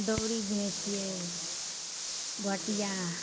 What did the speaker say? दउरी बिनै छिए बटिआ